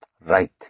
right